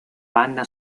banda